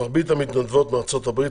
מרבית המתנדבות מארצות הברית,